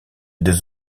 des